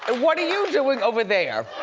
ah what are you doing over there?